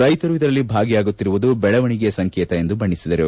ರೈತರು ಇದರಲ್ಲಿ ಭಾಗಿಯಾಗುತ್ತಿರುವುದು ಬೆಳವಣಿಗೆಯ ಸಂಕೇತ ಎಂದು ಬಣ್ಣೆಸಿದರು